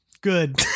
Good